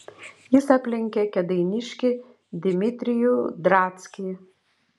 jis aplenkė kėdainiškį dimitrijų drackį